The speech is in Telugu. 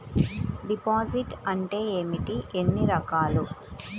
డిపాజిట్ అంటే ఏమిటీ ఎన్ని రకాలు?